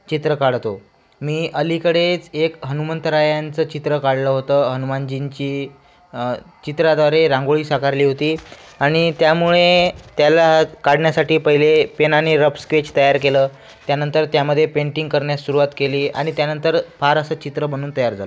चित्र काढतो मी अलीकडेच एक हनुमंतरायांचं चित्र काढलं होतं हनुमानजींची चित्राद्वारे रांगोळी साकारली होती आणि त्यामुळे त्याला काढण्यासाठी पहिले पेनाने रफ स्केच तयार केलं त्यानंतर त्यामध्ये पेंटिंग करण्यास सुरुवात केली आणि त्यानंतर फार असं चित्र बनून तयार झालं